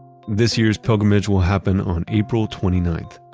this year's pilgrimage will happen on april twenty ninth,